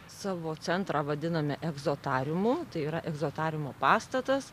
savo centrą vadiname egzotariumu tai yra egzotariumo pastatas